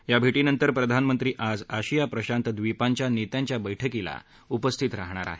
या भेटीनंतर प्रधानमंत्री आज आशिया प्रशांत ड्रीपांच्या नेत्यांच्या बर्क्कीला उपस्थित राहणार आहेत